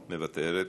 מוותרת,